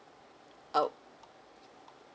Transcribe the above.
oh